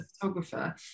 photographer